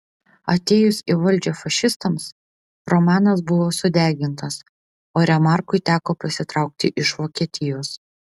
atėjus į valdžią fašistams romanas buvo sudegintas o remarkui teko pasitraukti iš vokietijos